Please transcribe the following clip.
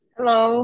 Hello